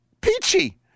peachy